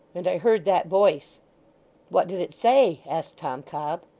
and i heard that voice what did it say asked tom cobb.